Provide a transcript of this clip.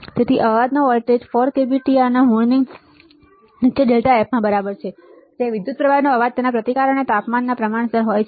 તેથી અવાજ નો voltage 4 k B T R ના મૂળની નીચે ડેલ્ટા F માં બરાબર છે જ્યાં વિધુતપ્રવાહનો અવાજ તેના પ્રતિકાર અને તાપમાનના પ્રમાણસર હોય છે